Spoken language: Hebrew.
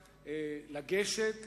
לגשת,